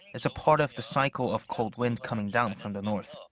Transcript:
it's a part of the cycle of cold wind coming down from the north.